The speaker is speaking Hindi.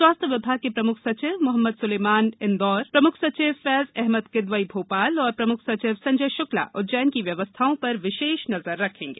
स्वास्थ विभाग के प्रमुख सचिव मोहम्मद सुलेमान इंदौर प्रमुख सचिव फैज अहमद किदवई भोपाल और प्रमुख सचिव संजय शुक्ला उज्जैन की व्यवस्थाओं पर विशेष नजर रखेंगे